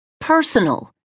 personal